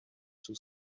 too